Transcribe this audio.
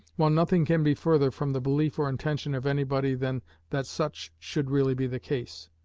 while nothing can be further from the belief or intention of anybody than that such should really be the case.